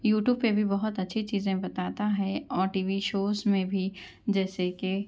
YouTube پہ بھی بہت اچھی چیزیں بتاتا ہے اور ٹی وی شوز میں بھی جیسے کہ